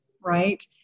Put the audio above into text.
right